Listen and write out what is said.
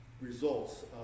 results